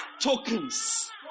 tokens